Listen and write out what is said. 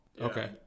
okay